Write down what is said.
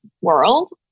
world